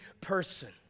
person